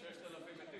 עם 6,000 מתים.